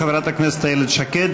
חברת הכנסת איילת שקד,